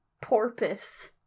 porpoise